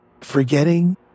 forgetting